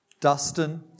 Dustin